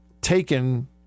taken